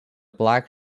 black